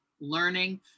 learning